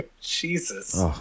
Jesus